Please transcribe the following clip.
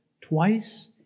twice